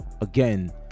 again